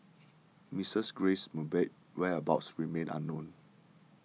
Mrs Grace Mugabe's whereabouts remain unknown